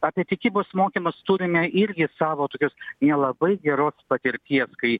apie tikybos mokymas turime irgi savo tokios nelabai geros patirties kai